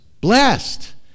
Blessed